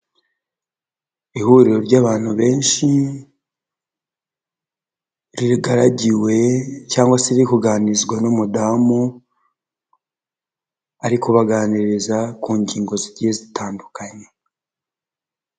Ihuriro ry'abantu benshi rigaragiwe cyangwa se riri kuganirizwa n'umudamu ari kubaganiriza ku ngingo zigiye zitandukanye.